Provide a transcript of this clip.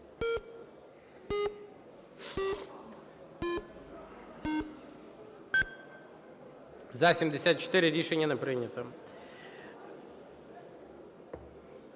За-71 Рішення не прийнято.